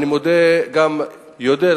אני אודה לחברי